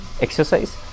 exercise